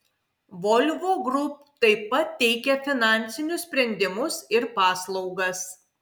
volvo group taip pat teikia finansinius sprendimus ir paslaugas